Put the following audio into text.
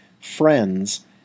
friends